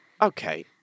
Okay